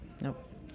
nope